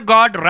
God